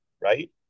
right